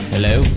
Hello